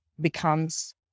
becomes